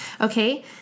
Okay